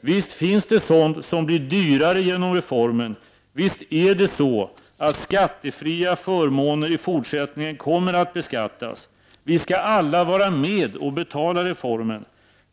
Visst finns det sådant som blir dyrare genom reformen. Visst är det så att tidigare skattefria förmåner i fortsättningen kommer att beskattas. Vi skall alla vara med och betala reformen.